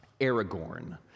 Aragorn